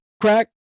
crack